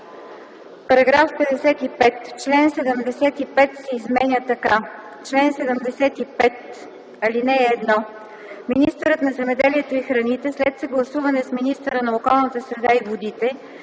„§ 55. Член 75 се изменя така: „Чл. 75. (1) Министърът на земеделието и храните след съгласуване с министъра на околната среда и водите